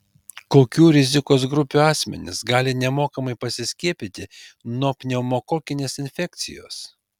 kokių rizikos grupių asmenys gali nemokamai pasiskiepyti nuo pneumokokinės infekcijos